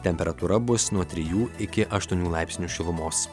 temperatūra bus nuo trijų iki aštuonių laipsnių šilumos